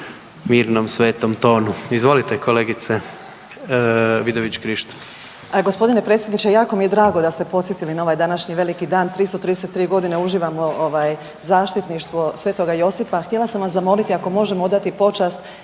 mirnom, svetom tonu. Izvolite kolegice Vidović Krišto.